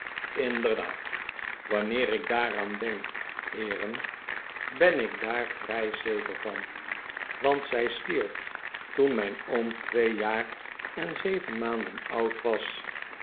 inderdaad wanneer ik daaraan denk heeren ben ik daar vrij zeker van want zij stierf toen mijn oom twee jaar en zeven maanden oud was